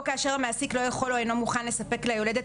או כאשר המעסיק לא יכול או אינו מוכן לספק ליולדת